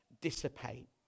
dissipate